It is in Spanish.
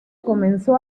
comenzó